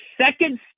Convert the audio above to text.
second